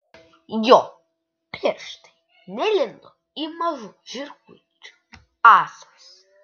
jo pirštai nelindo į mažų žirklučių ąsas